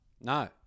No